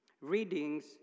readings